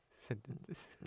sentences